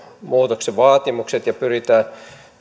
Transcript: muutoksen vaatimukset ja pyritään